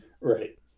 Right